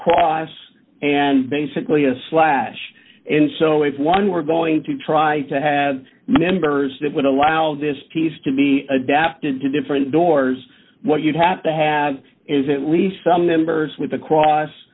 cross and basically a slash and so if one were going to try to have members that would allow this piece to be adapted to different doors what you'd have to have is at least some members with a cross